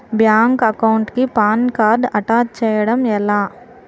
Bank account కి PAN card attach చేయడం ఎలా?